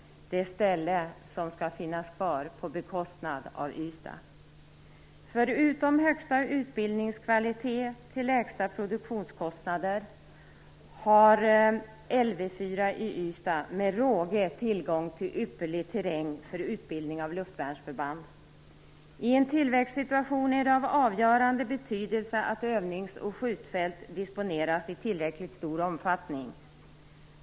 Det ställe som skall finnas kvar på bekostnad av Ystad. Förutom högsta utbildningskvalitet till lägsta produktionskostnader har Lv 4 i Ystad med råge tillgång till ypperlig terräng för utbildning av luftvärnsförband. I en tillväxtsituation är det av avgörande betydelse att övnings och skjutfält disponeras i tillräckligt stor omfattning.